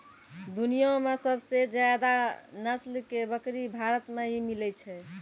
दुनिया मॅ सबसे ज्यादा नस्ल के बकरी भारत मॅ ही मिलै छै